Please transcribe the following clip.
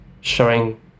showing